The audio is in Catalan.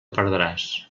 perdràs